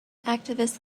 activists